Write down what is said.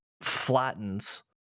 flattens